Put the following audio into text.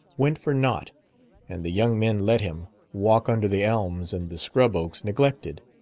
went for naught and the young men let him, walk under the elms and the scrub-oaks neglected.